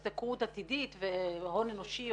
השתכרות עתידית והון אנושי,